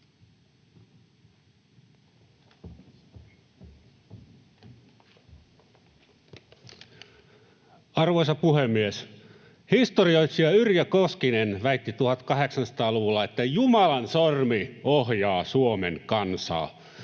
Arvoisa puhemies! Historioitsija Yrjö Koskinen väitti 1800-luvulla, että ”Jumalan sormi” ohjaa Suomen kansaa.